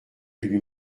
lui